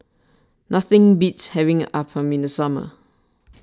nothing beats having Appam in the summer